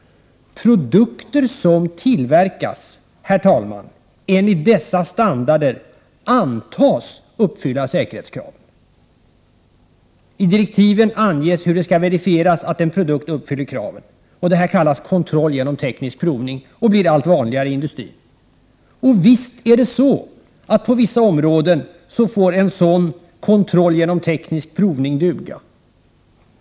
Produkter som tillverkas, herr talman, enligt dessa standarder antas uppfylla säkerhetskraven. I direktiven anges hur det skall verifieras att en produkt uppfyller kraven. Det kallas kontroll genom teknisk provning och blir allt vanligare inom industrin. Visst kan en sådan kontroll genom teknisk provning duga på vissa områden.